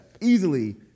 easily